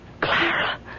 Clara